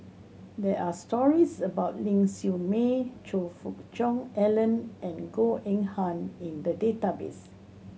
there are stories about Ling Siew May Choe Fook Cheong Alan and Goh Eng Han in the database